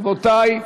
רבותי,